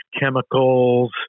chemicals